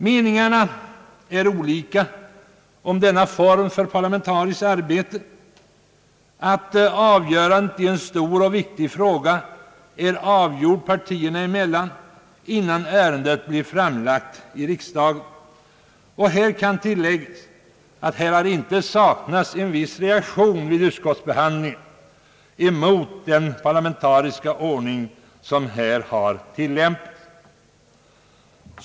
Meningarna är olika om denna form för parlamentariskt arbete: att avgörandet i en stor och viktig fråga är klart partierna emellan innan ärendet blir framlagt i riksdagen. Här kan tilläggas att det inte saknats en viss reaktion vid utskottsbehandlingen mot den parlamentariska ordning som tillämpats.